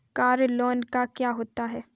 Car loan क्या होता है?